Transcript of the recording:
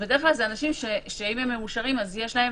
בדרך כלל זה אנשים שאם הם מאושרים, יש להם